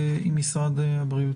בהחלט.